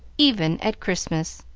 even at christmas.